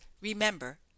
remember